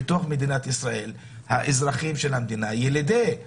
בתוך מדינת ישראל, ילידי הארץ,